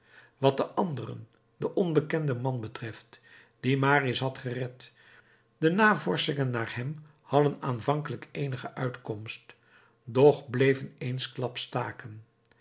wat den anderen den onbekenden man betreft die marius had gered de navorschingen naar hem hadden aanvankelijk eenige uitkomst doch bleven eensklaps staken